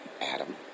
Adam